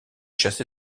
chassé